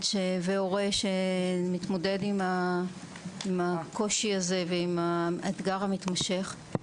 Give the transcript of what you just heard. והורה שמתמודד עם הקושי הזה ועם האתגר המתמשך.